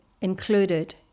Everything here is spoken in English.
included